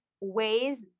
ways